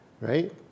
right